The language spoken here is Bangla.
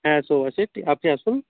হ্যাঁ সব আছে আপনি আসুন